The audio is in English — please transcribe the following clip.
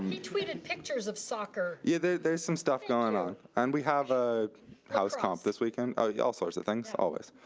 he tweeted pictures of soccer. yeah, there's some stuff going on and we have a house comp this weekend. oh yeah, all sorts of things always.